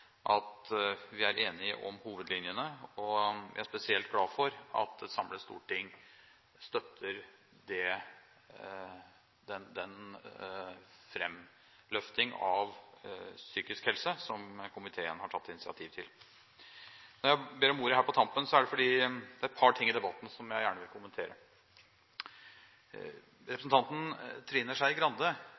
at vi er enige om hovedlinjene. Og jeg er spesielt glad for at et samlet storting støtter den framløfting av psykisk helse som komiteen har tatt initiativ til. Når jeg ber om ordet her på tampen, er det fordi det var et par ting i debatten som jeg gjerne vil kommentere. Representanten Trine Skei Grande